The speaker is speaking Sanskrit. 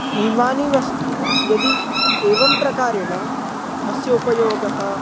इमानि वस्तूनि यदि एवं प्रकारेण अस्य उपयोगः